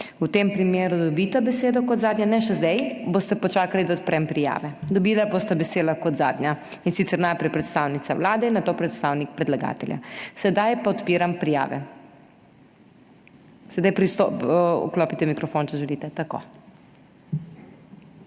V tem primeru dobita besedo kot zadnja. Ne še zdaj, boste počakali, da odprem prijave. Besedo bosta dobila kot zadnja, in sicer najprej predstavnica Vlade in nato predstavnik predlagatelja. Sedaj pa odpiram prijave. Sedaj vklopite mikrofon, če želite. Tako.